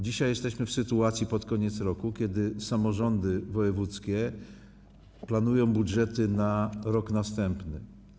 Dzisiaj jesteśmy w sytuacji, kiedy pod koniec roku samorządy wojewódzkie planują budżety na rok następny.